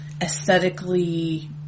aesthetically